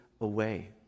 away